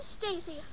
Stacy